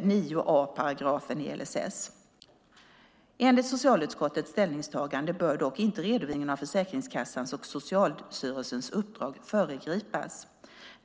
9 a § LSS. Enligt socialutskottets ställningstagande bör dock inte redovisningen av Försäkringskassans och Socialstyrelsens uppdrag föregripas.